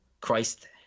Christ